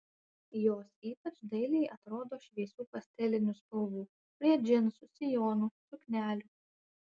jos ypač dailiai atrodo šviesių pastelinių spalvų prie džinsų sijonų suknelių